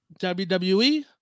WWE